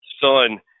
son